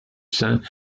saints